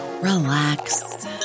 relax